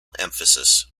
emphasis